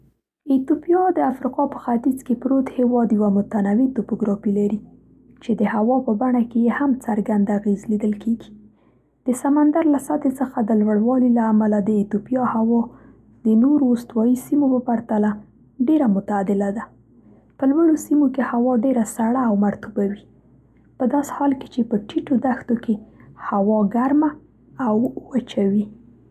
ایتوپیا، د افریقا په ختیځ کې پروت هېواد، یوه متنوع توپوګرافي لري چې د هوا په بڼه کې یې هم څرګند اغېز لیدل کېږي. د سمندر له سطحې څخه د لوړوالي له امله، د ایتوپیا هوا د نورو استوایي سیمو په پرتله ډېره معتدله ده. په لوړو سیمو کې هوا ډېره سړه او مرطوبه وي، په داسې حال کې چې په ټیټو دښتو کې هوا ګرمه او وچه وي.